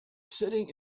sitting